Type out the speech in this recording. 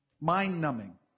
mind-numbing